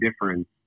difference